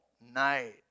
night